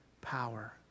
power